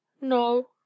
No